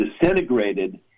disintegrated